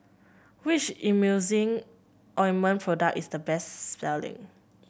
which Emulsying Ointment product is the best selling